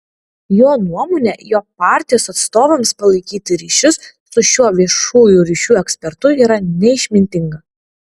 jo nuomone jo partijos atstovams palaikyti ryšius su šiuo viešųjų ryšių ekspertu yra neišmintinga